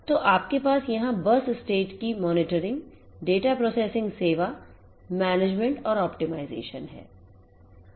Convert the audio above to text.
तो आपके पास यहां बस स्टेटकी monitoring डेटा प्रोसेसिंग सेवाmanagement और ऑप्टिमाइजेशन है